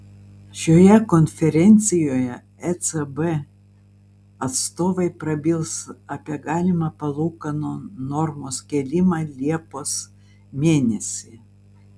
šioje konferencijoje ecb atstovai prabils apie galimą palūkanų normos kėlimą liepos mėnesį